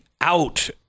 out